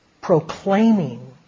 proclaiming